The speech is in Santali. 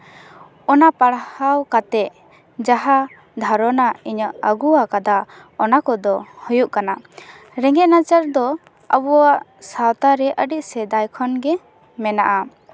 ᱚᱱᱟ ᱯᱟᱲᱦᱟᱣ ᱠᱟᱛᱮ ᱡᱟᱦᱟᱸ ᱫᱷᱟᱨᱚᱱᱟ ᱤᱧᱟᱹᱜ ᱟᱹᱜᱩ ᱠᱟᱫᱟ ᱚᱱᱟ ᱠᱚᱫᱚ ᱨᱮᱸᱜᱮᱡ ᱱᱟᱪᱟᱨ ᱫᱚ ᱟᱵᱚᱣᱟᱜ ᱥᱟᱶᱛᱟ ᱨᱮ ᱟᱹᱰᱤ ᱥᱮᱫᱟᱭ ᱠᱷᱚᱱᱜᱮ ᱢᱮᱱᱟᱜᱼᱟ